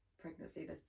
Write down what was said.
pregnancy